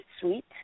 sweet